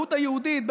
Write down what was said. בזהות היהודית,